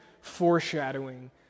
foreshadowing